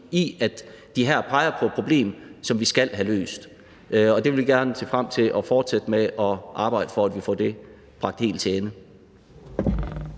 i, at det her peger på et problem, som vi skal have løst. Vi vil se frem til at fortsætte med at arbejde for, at vi får det bragt til ende.